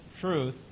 truth